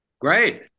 Great